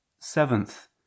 seventh